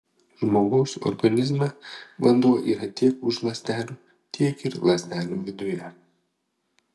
žmogaus organizme vanduo yra tiek už ląstelių tiek ir ląstelių viduje